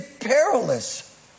perilous